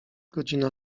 godzina